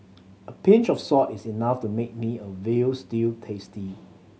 a pinch of salt is enough to make a meal veal stew tasty